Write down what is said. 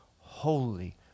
Holy